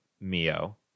Mio